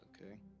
Okay